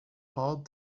hard